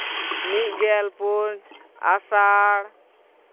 ᱢᱤᱫ ᱜᱮᱞ ᱯᱩᱱ ᱟᱥᱟᱲ